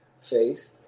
faith